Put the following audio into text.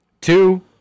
Two